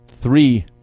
three